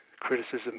criticism